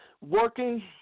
working